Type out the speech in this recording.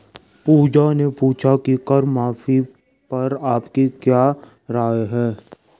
पूजा ने पूछा कि कर माफी पर आपकी क्या राय है?